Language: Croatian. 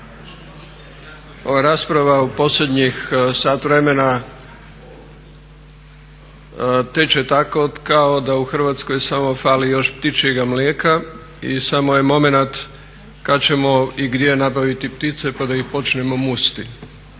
Ova rasprava u posljednjih sat vremena teče tako kao da u Hrvatskoj samo fali još ptičjega mlijeka i samo je momenat kad ćemo i gdje nabaviti ptice pa da ih počnemo musti